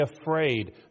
afraid